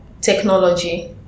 Technology